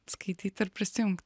skaityt ir prisijungt